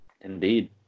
Indeed